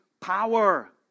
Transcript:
power